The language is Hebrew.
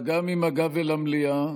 אתה גם עם הגב אל המליאה,